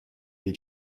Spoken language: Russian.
или